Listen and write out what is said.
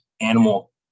animal